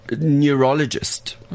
neurologist